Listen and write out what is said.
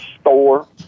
store